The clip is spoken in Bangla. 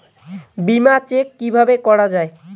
বিমা চেক কিভাবে করা হয়?